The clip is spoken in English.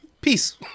Peace